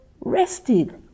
rested